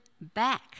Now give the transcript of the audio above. back